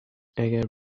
اگر